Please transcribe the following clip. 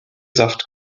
saft